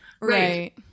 right